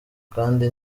kandi